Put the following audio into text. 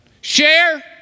share